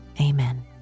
amen